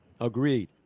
Agreed